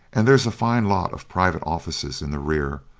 and there's a fine lot of private offices in the rear,